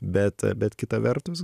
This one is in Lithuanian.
bet bet kita vertus